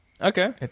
Okay